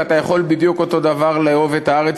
ואתה יכול בדיוק אותו דבר לאהוב את הארץ